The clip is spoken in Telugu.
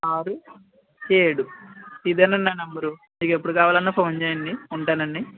ఆరు ఏడు ఇదేనండి నా నంబరు మీకు ఎప్పుడు కావాలన్నా ఫోన్ చెయ్యండి ఉంటానండి